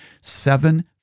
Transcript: seven